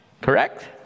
Correct